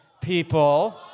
people